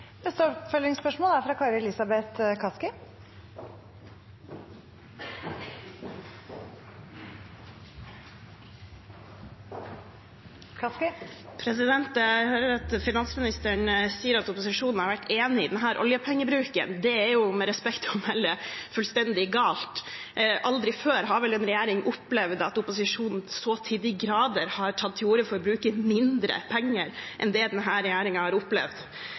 Kari Elisabeth Kaski – til oppfølgingsspørsmål. Jeg hører at finansministeren sier at opposisjonen har vært enig i denne oljepengebruken. Det er med respekt å melde fullstendig galt. Aldri før har vel en regjering opplevd at opposisjonen så til de grader har tatt til orde for å bruke mindre penger enn det denne regjeringen har opplevd.